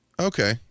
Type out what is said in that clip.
Okay